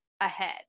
ahead